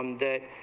um the